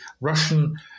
Russian